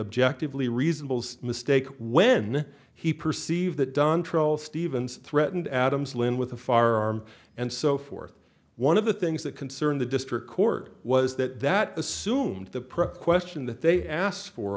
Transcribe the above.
objective lee reasonable mistake when he perceived that done troll stevens threatened adams lin with a far and so forth one of the things that concerned the district court was that that assumed the proper question that they asked for